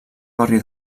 barri